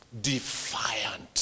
Defiant